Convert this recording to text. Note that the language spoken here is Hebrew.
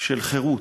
של חירות,